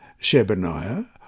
Shebaniah